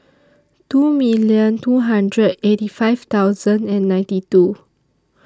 two million two hundred eighty five thousand and ninety two